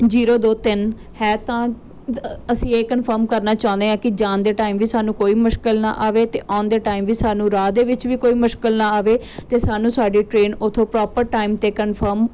zero ਦੋ ਤਿੰਨ ਹੈ ਤਾਂ ਅਸੀਂ ਇਹ ਕਨਫਰਮ ਕਰਨਾ ਚਾਹੁੰਦੇ ਹਾਂ ਕਿ ਜਾਣ ਦੇ ਟਾਈਮ ਵੀ ਸਾਨੂੰ ਕੋਈ ਮੁਸ਼ਕਲ ਨਾ ਆਵੇ ਅਤੇ ਆਉਣ ਦੇ ਟਾਈਮ ਵੀ ਸਾਨੂੰ ਰਾਹ ਦੇ ਵਿੱਚ ਵੀ ਕੋਈ ਮੁਸ਼ਕਲ ਨਾ ਆਵੇ ਅਤੇ ਸਾਨੂੰ ਸਾਡੀ ਟ੍ਰੇਨ ਉੱਥੋਂ ਪ੍ਰੋਪਰ ਟਾਈਮ 'ਤੇ ਕਨਫਰਮ